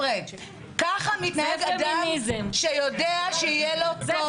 ככה מתנהג אדם שיודע שיהיה לו טוב.